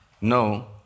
no